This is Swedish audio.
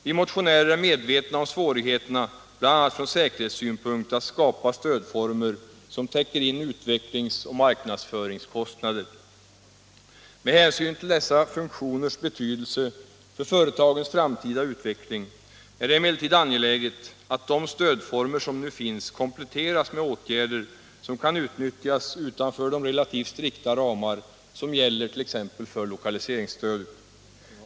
Vi motionärer är medvetna om svårigheterna bl.a. från säkerhetssynpunkt att skapa stödformer som täcker in utvecklings och marknadsföringskostnader. Med hänsyn till dessa funktioners betydelse för företagens framtida utveckling är det emellertid angeläget att de stödformer som nu finns kompletteras med åtgärder som kan utnyttjas utanför de relativt strikta ramar som gäller för t.ex. lokaliseringsstödet.